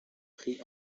pris